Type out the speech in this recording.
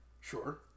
Sure